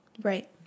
Right